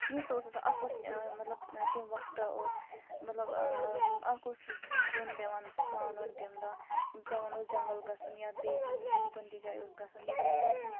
یہِ ہسا اوس آسان اَکھ اوس مطلب تَمہِ وقتہٕ اوس مطلب ٲں اَکھ اوس زیُن پیٚوان ژھانڑُن تمہِ دۄہ پیٚوان اوس جَنگل گَژھُن یا بیٚیہِ کُنہِ جایہِ کُنہِ تہِ جایہِ اوس گَژھُن یُس اِنسان سُنٛد